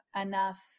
enough